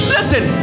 Listen